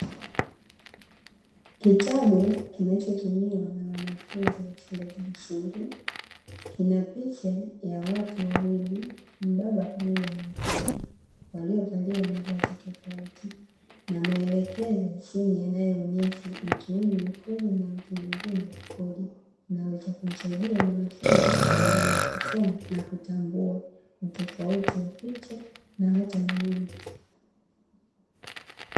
Kitabu kinachotumiwa na wanafunzi wa shule za msingi kina picha ya watu wawili (mbaba pamoja na mtoto) waliovalia mavazi tofauti, na maelekezo chini yanayoonyesha mtu huyu yukoje na mtu mwingine yukoje. Inaweza kumsaidia mwanafunzi kwa ajili ya kusoma na kutambua utofauti wa picha na hata maneno.